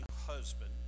husband